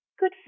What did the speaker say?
good